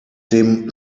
dem